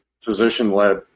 physician-led